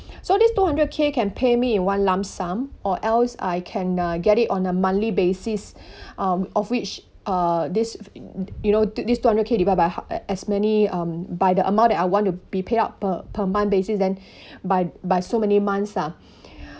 so this two hundred K can pay me in one lump sum or else I can uh get it on a monthly basis um of which uh these you know these two hundred K divide by ha~ as many um by the amount that I want to be payout per per month basis then by by so many months ah